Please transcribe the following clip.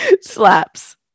Slaps